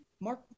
mark